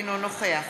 אינו נוכח